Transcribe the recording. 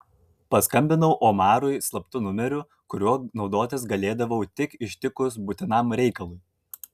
paskambinau omarui slaptu numeriu kuriuo naudotis galėdavau tik ištikus būtinam reikalui